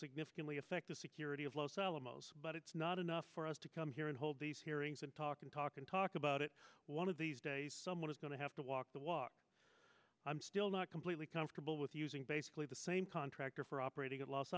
significantly affect the security of los alamos but it's not enough for us to come here and hold these hearings and talk and talk and talk about it one of these days someone is going to have to walk the walk i'm still not completely comfortable with using basically the same contractor for operating at los